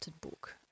book